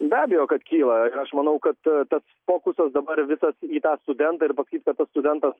be abejo kad kyla ir aš manau kad tas fokusas dabar visas į tą studentą ir pasakys kad tas studentas